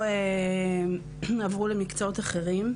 או עברו למקצועות אחרים.